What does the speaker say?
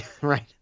right